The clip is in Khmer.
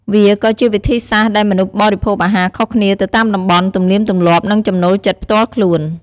វាក៏ជាវិធីសាស្ត្រដែលមនុស្សបរិភោគអាហារខុសគ្នាទៅតាមតំបន់ ទំនៀមទម្លាប់ និងចំណូលចិត្តផ្ទាល់ខ្លួន។